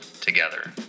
together